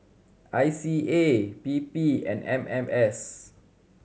I C A P P and M M S